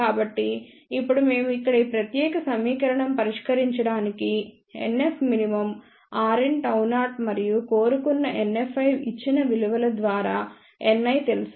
కాబట్టి ఇప్పుడు మేము ఇక్కడ ఈ ప్రత్యేక సమీకరణం పరిష్కరించడానికి NFmin rn Γ0 మరియు కోరుకున్న NFi ఇచ్చిన విలువల ద్వారా Ni తెలుసు